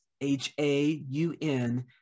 h-a-u-n